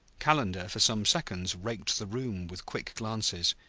calendar for some seconds raked the room with quick glances,